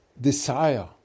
desire